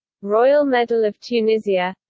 royal medal of tunisia